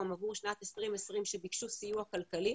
עבור שנת 2020 שביקשו סיוע כלכלי.